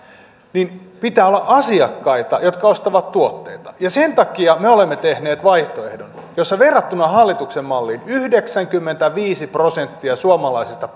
pitää olla asiakkaita jotka ostavat tuotteita sen takia me olemme tehneet vaihtoehdon jossa verrattuna hallituksen malliin yhdeksänkymmentäviisi prosenttia suomalaisista